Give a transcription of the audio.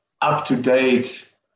up-to-date